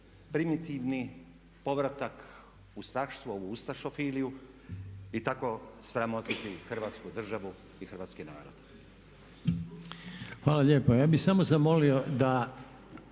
primitivni povratak ustaštvo, ovu ustašofiliju i tako sramotiti Hrvatsku državu i hrvatski narod? **Reiner, Željko (HDZ)** Hvala lijepa. Ja bih samo zamolio da